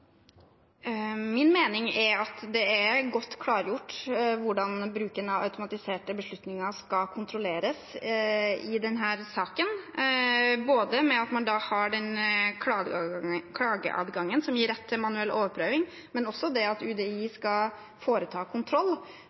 Min mening er at det er godt klargjort hvordan bruken av automatiserte beslutninger skal kontrolleres i denne saken, både ved at man har klageadgangen som gir rett til manuell overprøving, og at UDI skal foreta kontroll.